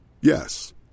Yes